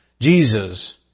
Jesus